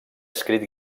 escrit